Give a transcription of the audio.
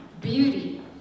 beauty